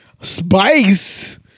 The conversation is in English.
Spice